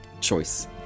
choice